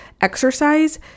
exercise